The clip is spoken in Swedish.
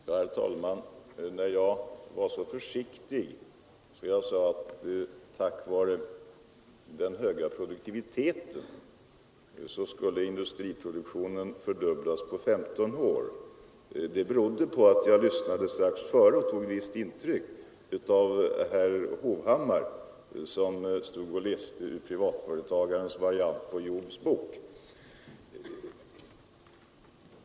Herr talman! Att jag var så försiktig att jag sade, att industriproduktionen tack vare den höga produktiviteten skulle fördubblas på 15 år, berodde på att jag tog visst intryck av herr Hovhammar, som strax dessförinnan hade stått och läst ur privatföretagarens variant på Jobs bok.